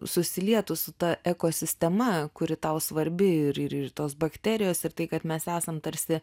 susilietų su ta ekosistema kuri tau svarbi ir ir tos bakterijos ir tai kad mes esam tarsi